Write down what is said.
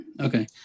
Okay